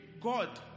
God